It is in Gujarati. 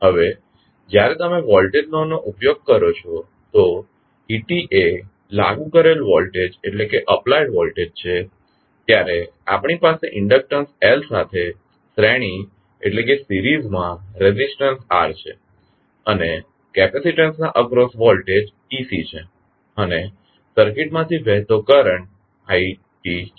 હવે જ્યારે તમે વોલ્ટેજ લૉ નો ઉપયોગ કરો છો તો et એ લાગુ કરેલ વોલ્ટેજ છે ત્યારે આપણી પાસે ઇન્ડક્ટન્સ L સાથે શ્રેણી માં રેઝિસ્ટન્સ R છે અને કેપેસિટન્સના અક્રોસ વોલ્ટેજ ec છે અને સર્કિટ માંથી વહેતો કરંટ i છે